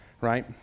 right